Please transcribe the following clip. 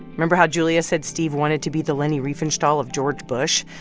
remember how julia said steve wanted to be the leni riefenstahl of george bush?